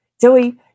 Zoe